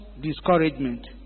discouragement